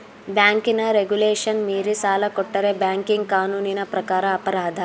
ಬ್ಯಾಂಕಿನ ರೆಗುಲೇಶನ್ ಮೀರಿ ಸಾಲ ಕೊಟ್ಟರೆ ಬ್ಯಾಂಕಿಂಗ್ ಕಾನೂನಿನ ಪ್ರಕಾರ ಅಪರಾಧ